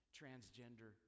transgender